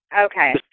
Okay